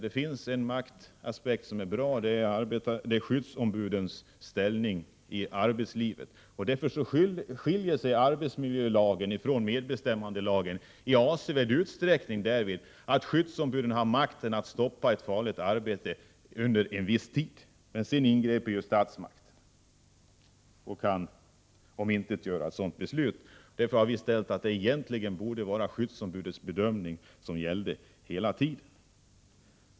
Det finns en maktaspekt som är bra, nämligen skyddsombudens ställning i arbetslivet. Där skiljer sig arbetsmiljölagen från medbestämmandelagen i avsevärd utsträckning genom att skyddsombuden har makten att stoppa ett farligt arbete under en viss tid. Men sedan ingriper ju statsmakten och kan då omintetgöra ett sådant beslut. Därför har vi sagt att skyddsombudets bedömning egentligen borde gälla hela tiden.